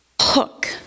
hook